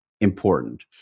important